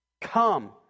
Come